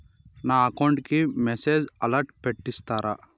నా అకౌంట్ కి message alert పెట్టిస్తారా